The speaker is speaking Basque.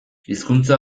hizkuntza